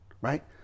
right